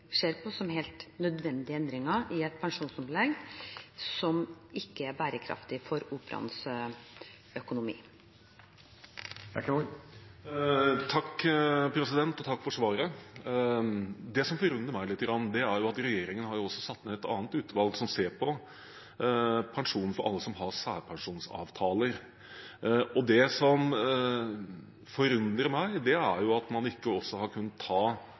ser på som helt nødvendige endringer i et pensjonsopplegg som ikke er bærekraftig for Operaens økonomi. Takk for svaret. Det som forundrer meg lite grann, er at regjeringen også har satt ned et annet utvalg, som ser på pensjonen for alle som har særpensjonsavtaler. Det som forundrer meg, er at man ikke har kunnet ta